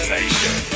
Nation